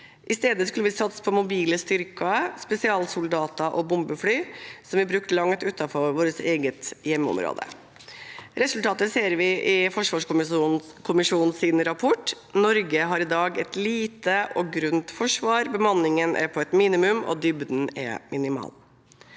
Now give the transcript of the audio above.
I stedet skulle vi satse på mobile styrker, spesialsoldater og bombefly, som vi brukte langt utenfor vårt eget hjemmeområde. Resultatet ser vi i forsvarskommisjonens rapport: Norge har i dag et lite og grunt forsvar. Bemanningen er på et minimum, og dybden er minimal.